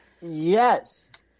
Yes